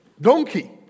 donkey